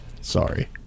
Sorry